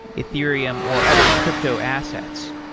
ethereum or other crypto assets.